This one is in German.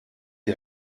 die